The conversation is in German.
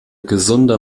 gesunder